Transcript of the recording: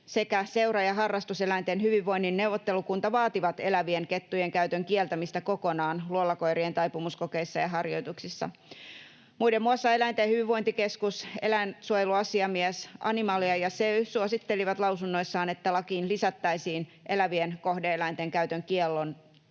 sekä seura‑ ja harrastuseläinten hyvinvoinnin neuvottelukunta vaativat elävien kettujen käytön kieltämistä kokonaan luolakoirien taipumuskokeissa ja harjoituksissa. Muiden muassa Eläinten hyvinvointikeskus, eläinsuojeluasiamies, Animalia ja SEY suosittelivat lausunnoissaan, että lakiin lisättäisiin elävien kohde-eläinten käytön kielto